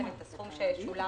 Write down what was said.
את הסכום ששולם